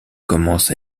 commence